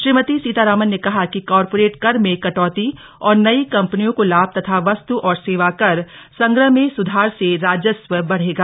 श्रीमती सीतारामन ने कहा कि कॉरपोरेट कर में कटौती और नयी कंपनियों को लाभ तथा वस्तू और सेवा कर संग्रह में सुधार से राजस्व बढ़ेगा